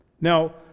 Now